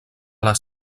les